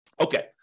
Okay